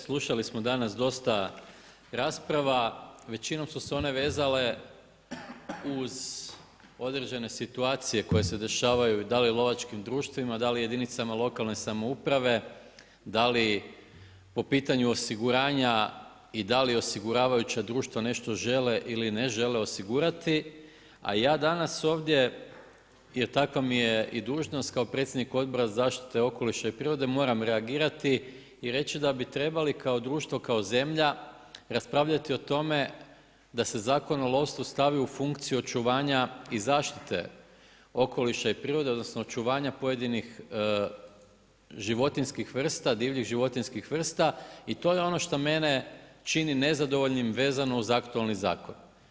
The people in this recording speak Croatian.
Slušali smo danas dosta rasprava, većinom su se one vezale uz određene situacije koje se dešavaju, da li u lovačkim društvima dali jedinicama lokalne samouprave da li po pitanju osiguranja i da li osiguravajuća društva nešto žele ili ne žele osigurati, a ja danas ovdje jer takva mi je i dužnost kao predsjednik Odbora zaštite okoliša i prirode moram reagirati i reći da bi trebalo kao društvo, kao zemlja, raspravljati o tome da se Zakon o lovstvu stavi u funkciju očuvanja i zaštite okoliša i prirode odnosno očuvanja pojedinih životinjskih vrsta, divljih životinjskih vrsta i to je ono što mene čini nezadovoljnim vezano uz aktualni zakon.